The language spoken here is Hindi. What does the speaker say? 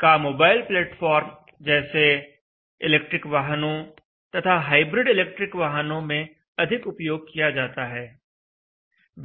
का मोबाइल प्लेटफॉर्म जैसे इलेक्ट्रिक वाहनों तथा हाइब्रिड इलेक्ट्रिक वाहनों में अधिक उपयोग किया जाता है